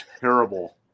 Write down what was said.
terrible